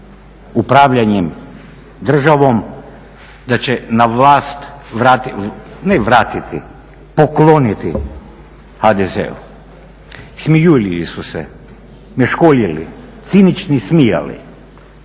upravljanjem državnom da će na vlast vratiti, ne vratiti, pokloniti HDZ-u. Smijuljili su se, meškoljili, cinično smijali,